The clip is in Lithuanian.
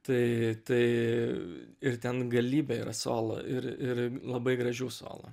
tai tai ir ten galybė yra solo ir ir labai gražių solo